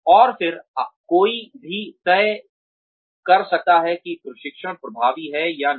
और फिर कोई भी तय कर सकता है कि प्रशिक्षण प्रभावी है या नहीं